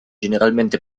generalmente